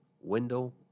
window